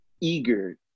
eager